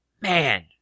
man